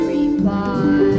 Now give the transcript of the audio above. reply